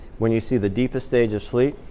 when you see the deepest stage of sleep,